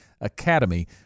academy